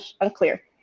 unclear